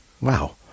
Wow